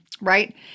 Right